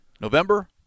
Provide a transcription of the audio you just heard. November